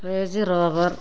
range-rover